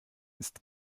ist